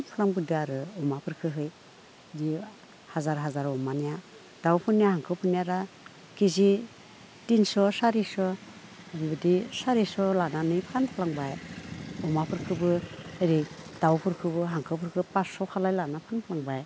फानबोदों आरो अमाफोरखौहाय बेयो हाजार हाजार अमानिया दाउफोरनिया हांसोफोरनिया खेजि तिनस' सारिस' बेबायदि सारिस' लानानै फानफ्लांबाय अमाफोरखौबो ओरै दाउफोरखौबो हांसोफोरखौबो फासस' खालाय लानानै फानखांबाय